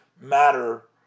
matter